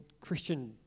Christian